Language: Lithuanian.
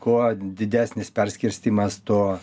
kuo didesnis perskirstymas tuo